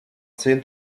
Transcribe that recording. zehn